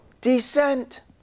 descent